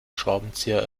schraubenzieher